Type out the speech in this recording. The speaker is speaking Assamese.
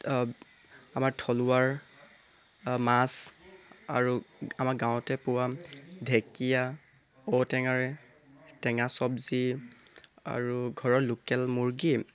আমাৰ থলুৱাৰ মাছ আৰু আমাৰ গাঁৱতে পোৱা ঢেকীয়া ঔটেঙাৰে টেঙা চবজি আৰু ঘৰৰ লোকেল মূৰ্গী